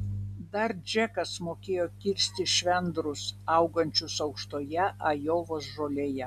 dar džekas mokėjo kirsti švendrus augančius aukštoje ajovos žolėje